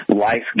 life